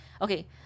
Okay